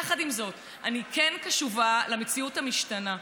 אני כן קשובה למציאות המשתנה.